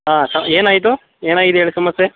ಹಾಂ ಸಾ ಏನಾಯಿತು ಏನಾಗಿದೆ ಹೇಳಿ ಸಮಸ್ಯೆ